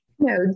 No